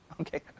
okay